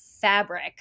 fabric